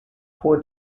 hohe